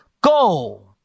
Go